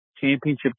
championship